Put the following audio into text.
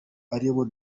aribo